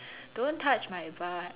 don't touch my butt